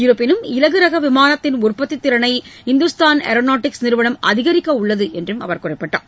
இருப்பினும் இலகு ரக விமானத்தின் உற்பத்தித் திறனை இந்துஸ்தான் ஏரோநாட்டிக்ஸ் நிறுவனம் அதிகரிக்க உள்ளது என்றும் அவர் குறிப்பிட்டார்